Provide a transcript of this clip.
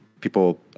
people